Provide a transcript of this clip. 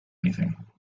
anything